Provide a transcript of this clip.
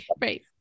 right